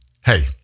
Hey